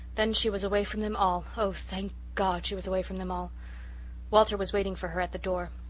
then she was away from them all oh, thank god, she was away from them all walter was waiting for her at the door.